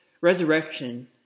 resurrection